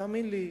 תאמין לי,